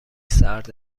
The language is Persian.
سرد